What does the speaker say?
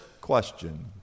question